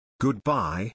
Goodbye